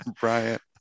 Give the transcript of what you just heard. Bryant